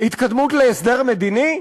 התקדמות להסדר מדיני?